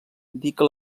indica